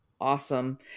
awesome